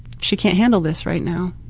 she can't handle this right now.